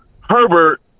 Herbert